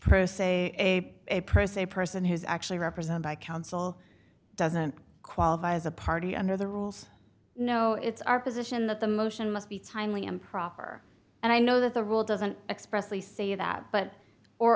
pro se a press a person who is actually represented by counsel doesn't qualify as a party under the rules no it's our position that the motion must be timely improper and i know that the rule doesn't expressly say that but or